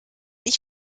ich